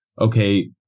okay